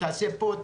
לעשות פה,